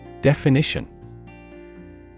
Definition